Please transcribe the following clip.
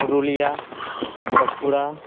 Purulia Bankura